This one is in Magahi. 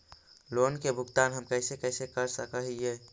लोन के भुगतान हम कैसे कैसे कर सक हिय?